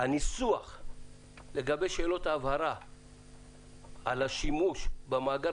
הניסוח לגבי שאלות ההבהרה על השימוש במאגר